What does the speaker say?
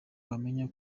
wamenya